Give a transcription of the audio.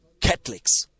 Catholics